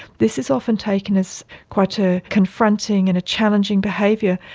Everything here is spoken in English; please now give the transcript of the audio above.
this is often taken as quite a confronting and challenging behaviour.